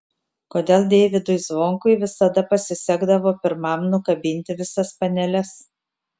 kodėl deivydui zvonkui visada pasisekdavo pirmam nukabinti visas paneles